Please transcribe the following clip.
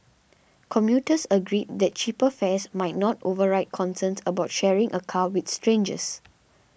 commuters agreed that cheaper fares might not override concerns about sharing a car with strangers